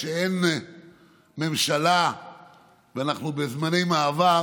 כשאין ממשלה ואנחנו בזמני מעבר,